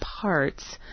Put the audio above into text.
parts